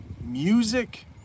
music